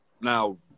now